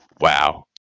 Wow